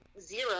zero